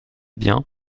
bien